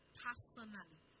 personally